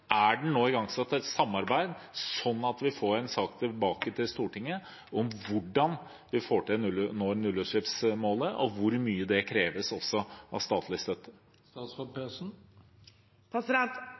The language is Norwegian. Er det nå igangsatt et samarbeid sånn at vi får en sak tilbake til Stortinget om hvordan vi får til å nå nullutslippsmålet, og hvor mye det krever av statlig